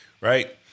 Right